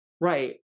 right